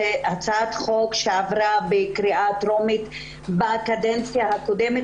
זאת הצעת חוק שעברה בקריאה טרומית בקדנציה הקודמת,